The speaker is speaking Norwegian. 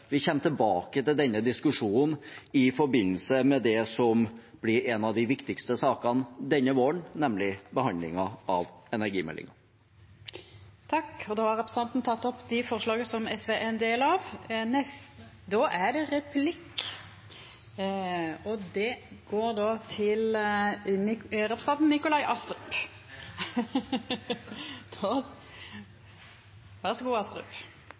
vi kommer tilbake til denne diskusjonen i forbindelse med det som blir en av de viktigste sakene denne våren, nemlig behandlingen av energimeldingen. Representanten Lars Haltbrekken har teke opp dei forslaga som Sosialistisk Venstreparti er ein del av.